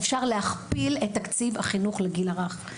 אפשר להכפיל את תקציב החינוך לגיל הרך.